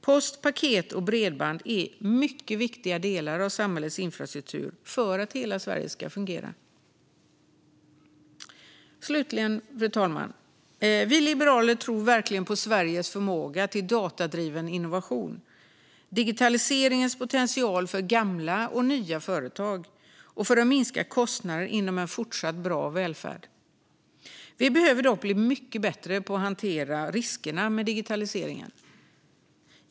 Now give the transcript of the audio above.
Post, paket och bredband är mycket viktiga delar av samhällets infrastruktur för att hela Sverige ska fungera. Fru talman! Slutligen tror vi liberaler verkligen på Sveriges förmåga till datadriven innovation, digitaliseringens potential för gamla och nya företag och för att minska kostnaderna inom en fortsatt bra välfärd. Vi behöver dock bli mycket bättre på att hantera riskerna med digitaliseringen.